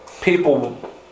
people